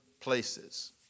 places